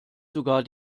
sogar